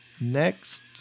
next